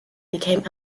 became